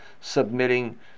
submitting